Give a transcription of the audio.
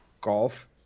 golf